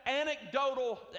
anecdotal